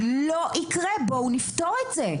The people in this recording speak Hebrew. בואו נפתור את זה'.